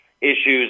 issues